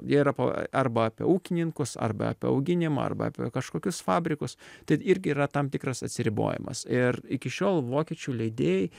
jie yra pa arba apie ūkininkus arba apie auginimą arba apie kažkokius fabrikus tai irgi yra tam tikras atsiribojimas ir iki šiol vokiečių leidėjai